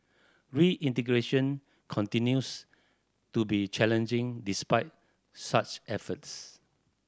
reintegration continues to be challenging despite such efforts